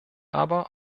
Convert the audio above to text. aber